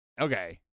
Okay